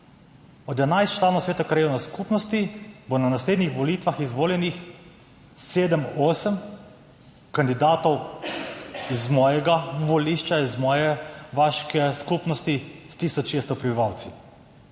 Od 11 članov sveta krajevne skupnosti bo na naslednjih volitvah izvoljenih sedem, osem kandidatov z mojega volišča, iz moje vaške skupnosti s tisoč 600 prebivalci.